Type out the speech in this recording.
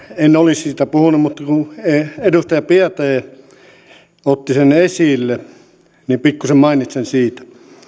en olisi siitä puhunut mutta kun edustaja biaudet otti sen esille niin pikkuisen mainitsen siitä